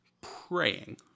praying